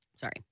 Sorry